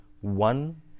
one